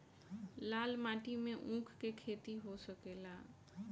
लाल माटी मे ऊँख के खेती हो सकेला?